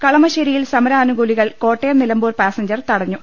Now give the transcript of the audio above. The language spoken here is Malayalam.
കളമശ്ശേരിയിൽ സമരാനുകൂലികൾ കോട്ടയം നിലമ്പൂർ പാസഞ്ചർ തട ഞ്ഞു